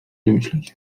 domyśleć